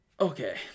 Okay